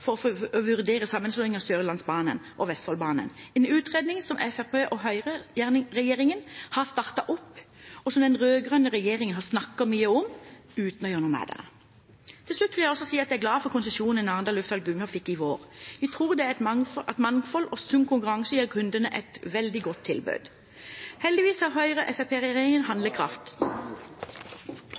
for å vurdere sammenslåing av Sørlandsbanen og Vestfoldbanen, en utredning som Høyre–Fremskrittsparti-regjeringen har startet opp, og som den rød-grønne regjeringen snakket mye om uten å gjøre noe med det. Til slutt vil jeg si at jeg også er glad for konsesjonen Arendal lufthavn Gullknapp fikk i vår. Vi tror at mangfold og sunn konkurranse gir kundene et veldig godt tilbud. Heldigvis har Høyre–Fremskrittsparti-regjeringen handlekraft…